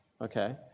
Okay